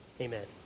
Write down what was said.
Amen